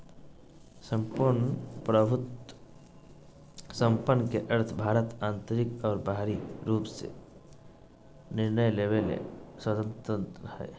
सम्पूर्ण प्रभुत्वसम्पन् के अर्थ भारत आन्तरिक और बाहरी रूप से निर्णय लेवे ले स्वतन्त्रत हइ